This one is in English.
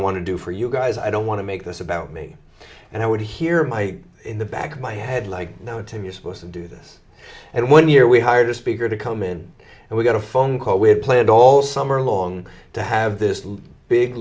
want to do for you guys i don't want to make this about me and i would hear my in the back of my head like now tim you supposed to do this and one year we hired a speaker to come in and we got a phone call we had planned all summer long to have this big